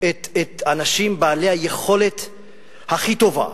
את האנשים בעלי היכולת הכי טובה